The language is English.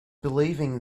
believing